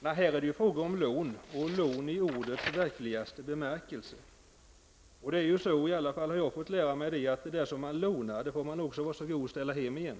Men detta är ju fråga om lån, lån i ordets verkligaste bemärkelse, och i alla fall har jag fått lära mig att det man lånar får man vara så god att ge tillbaka.